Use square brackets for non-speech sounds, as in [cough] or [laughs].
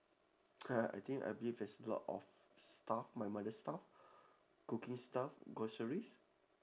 [laughs] I think I believe there's a lot of stuff my mother's stuff cooking stuff groceries